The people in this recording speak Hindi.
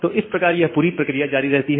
तो इस प्रकार यह पूरी प्रक्रिया जारी रहती है